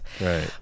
right